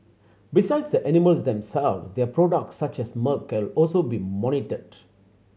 besides the animals themselves their products such as milk will also be monitored